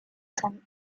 sein